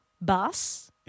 bus